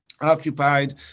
occupied